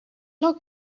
log